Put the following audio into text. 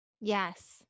Yes